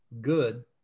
good